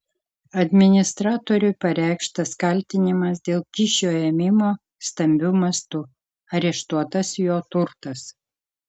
administratoriui pareikštas kaltinimas dėl kyšio ėmimo stambiu mastu areštuotas jo turtas